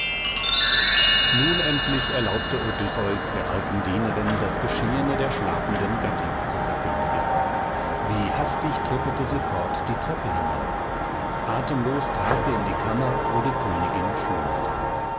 nun endlich erlaubte odysseus der alten dienerin das geschehene der schlafenden gattin zu verkündigen wie hastig trippelte sie fort die treppe hinauf atemlos trat sie in die kammer wo die königin schlummerte